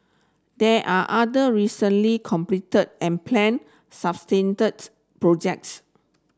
there are other recently completed and planned projects